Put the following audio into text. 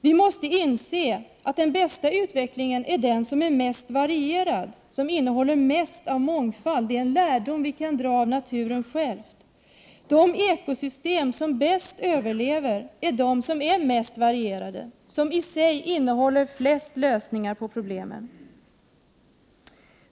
Vi måste inse att den bästa utvecklingen är den som är mest varierad, som innehåller mest av mångfald. Det är en lärdom som vi kan dra av naturen själv. De ekosystem som bäst överlever är de som är mest varierade, som i sig innehåller flest lösningar på problemen.